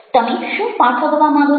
તમે શું પાઠવવા માંગો છો